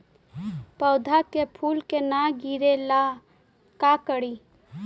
पौधा के फुल के न गिरे ला का करि?